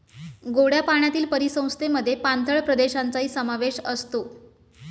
गोड्या पाण्यातील परिसंस्थेमध्ये पाणथळ प्रदेशांचाही समावेश असतो